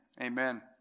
amen